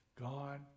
God